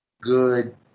good